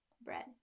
Bread